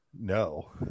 No